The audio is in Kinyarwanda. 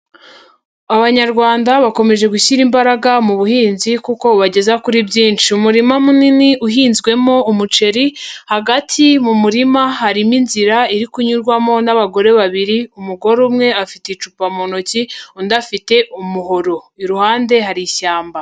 Abanyarwanda bakomeje gushyira imbaraga mu buhinzi kuko bu bageza kuri byinshi. Umurima munini uhinzwemo umuceri, hagati mu murima harimo inzira iri kunyurwamo n'abagore babiri, umugore umwe afite icupa mu ntoki undi afite umuhoro. Iruhande hari ishyamba.